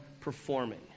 performing